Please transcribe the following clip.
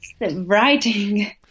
writing